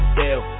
deal